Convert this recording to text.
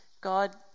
god